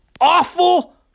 awful